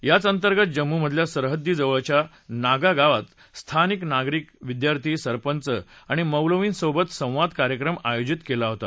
आच अंतर्गत जम्मूमधल्या सरहद्दी जवळच्या नागा गावात स्थानिक नागरिक विद्यार्थी सरपंच आणि मौलवीसोबत संवाद कार्यक्रम आयोजित क्वा होता